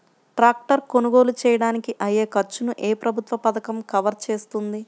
Tractor కొనుగోలు చేయడానికి అయ్యే ఖర్చును ఏ ప్రభుత్వ పథకం కవర్ చేస్తుంది?